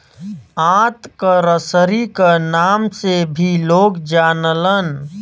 आंत क रसरी क नाम से भी लोग जानलन